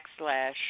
backslash